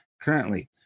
Currently